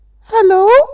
Hello